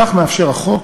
בכך מאפשר החוק